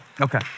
Okay